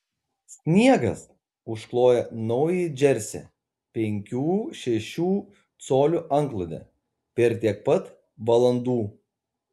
sniegas užkloja naująjį džersį penkių šešių colių antklode per tiek pat valandų